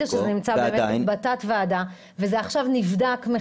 התאריך העברי הוא כ"ז באדר א' התשפ"ב.